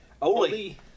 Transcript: Oli